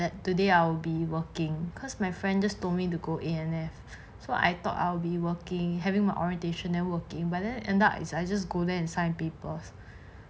that today I'll be working cause my friend just told me to go in A&F so I thought I'll be working having my orientation and working but then end up is I just go there and signed papers